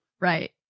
Right